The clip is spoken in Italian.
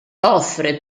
offre